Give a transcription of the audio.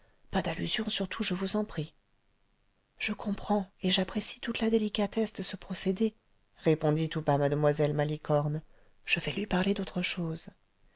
pas d'allusions surtout je vous en prie je comprends et j'apprécie toute la délicatesse de ce procédé répondit tout bas mademoiselle malicorne je vais lui parler d'autre chose